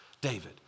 David